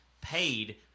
paid